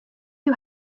you